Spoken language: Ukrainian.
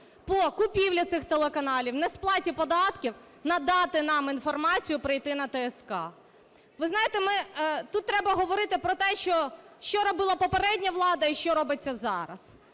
по купівлі цих телеканалів, несплаті податків, надати нам інформацію, прийти на ТСК. Ви знаєте, ми… Тут треба говорити про те, що робила попередня влада, і що робиться зараз.